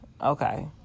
Okay